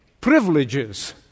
privileges